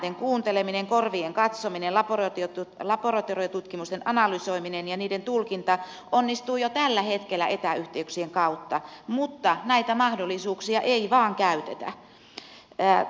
sydänäänten kuunteleminen korvien katsominen laboratoriotutkimusten analysoiminen ja niiden tulkinta onnistuvat jo tällä hetkellä etäyhteyksien kautta mutta näitä mahdollisuuksia ei vain käytetä